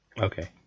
Okay